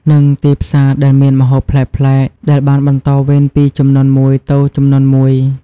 និងទីផ្សារដែលមានម្ហូបប្លែកៗ ដែលបានបន្តវេនពីជំនាន់មួយទៅជំនាន់មួយ។